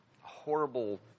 horrible